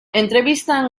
entrevistan